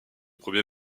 premier